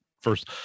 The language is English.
First